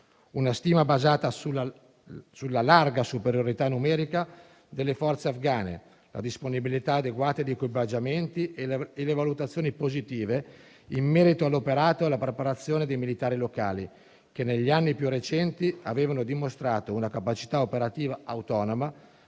una stima basata sulla larga superiorità numerica delle forze afghane, sulla disponibilità adeguata di equipaggiamenti e sulle valutazioni positive in merito all'operato e alla preparazione dei militari locali, che negli anni più recenti avevano dimostrato una capacità operativa autonoma,